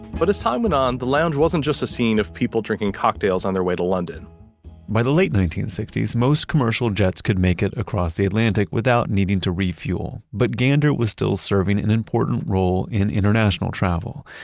but as time went on, the lounge wasn't just a scene of people drinking cocktails on their way to london by the late nineteen sixty s, most commercial jets could make it across the atlantic without needing to refuel. but gander was still serving an important role in international travel,